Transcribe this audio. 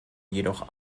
jedoch